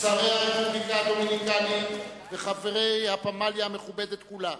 שרי הרפובליקה הדומיניקנית וחברי הפמליה המכובדת כולה,